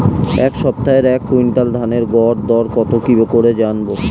এই সপ্তাহের এক কুইন্টাল ধানের গর দর কত কি করে জানবো?